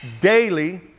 daily